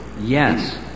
yes